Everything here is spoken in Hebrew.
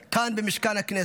כאן במשכן הכנסת,